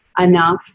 Enough